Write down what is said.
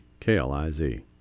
KLIZ